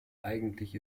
eigentliche